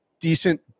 decent